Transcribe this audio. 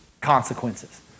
consequences